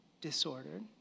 disordered